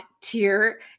tier